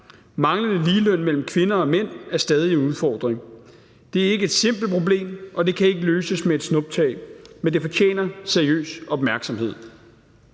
Manglende ligeløn mellem kvinder og mænd er stadig en udfordring. Det er ikke et simpelt problem, og det kan ikke løses med et snuptag, men det fortjener seriøs opmærksomhed.